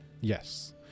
Yes